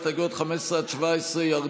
הסתייגויות 15 17 ירדו.